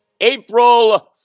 April